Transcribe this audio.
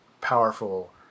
powerful